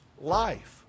life